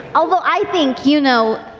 although, i think, you know,